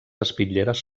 espitlleres